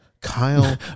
Kyle